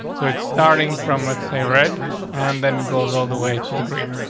so it's starting from, let's say red and then goes all the way to the green.